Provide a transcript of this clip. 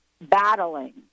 battling